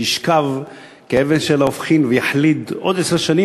שישכב כאבן שאין לה הופכין ויחליד במשך עשר שנים,